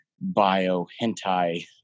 bio-hentai